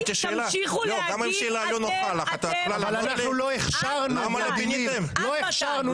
אנחנו לא הכשרנו נכון.